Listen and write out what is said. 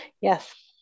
Yes